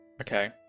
okay